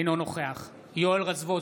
אינו נוכח יואל רזבוזוב,